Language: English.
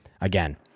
again